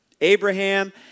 Abraham